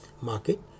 market